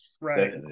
right